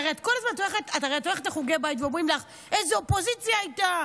הרי את כל הזמן הולכת לחוגי בית ואומרים לך: איזו אופוזיציה הייתה,